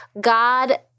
God